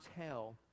tell